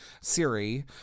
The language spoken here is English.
Siri